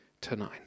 tonight